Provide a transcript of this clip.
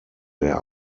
der